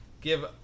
give